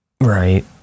Right